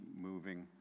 moving